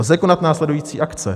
Lze konat následující akce?